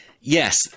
Yes